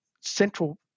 central